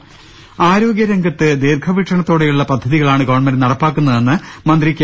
്്്്്്് ആരോഗൃരംഗത്ത് ദീർഘവീക്ഷണത്തോടെയുളള പദ്ധതികളാണ് ഗവൺമെന്റ് നടപ്പാക്കുന്നതെന്ന് മന്ത്രി കെ